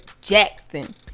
jackson